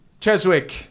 Cheswick